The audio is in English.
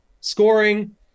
scoring